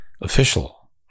official